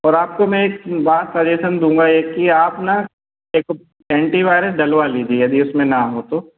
और आपको मैं एक बार सजेशन दूँगा ये कि आप न एक ऐंटीवायरस डलवा लीजिए यदि उसमें ना हो तो